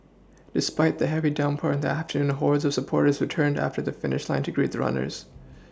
despite the heavy downpour in the afternoon hordes of supporters turned up at the finish line to greet the runners